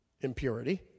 impurity